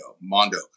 Mondo